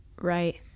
Right